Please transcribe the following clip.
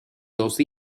those